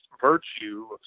virtue